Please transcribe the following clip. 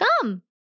Come